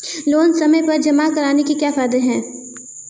Loan समय पर जमा कराने के क्या फायदे हैं?